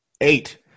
Eight